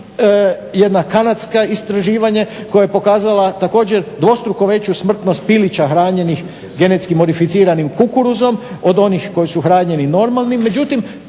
jedno kanadsko istraživanje koje je pokazalo također dvostruko veću smrtnost pilića hranjenih GM kukuruzom od onih koji su hranjeni normalnim, međutim